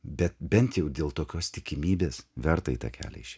bet bent jau dėl tokios tikimybės verta į tą kelią išeit